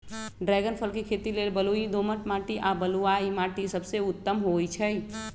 dragon फल के खेती लेल बलुई दोमट माटी आ बलुआइ माटि सबसे उत्तम होइ छइ